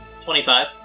Twenty-five